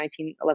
1911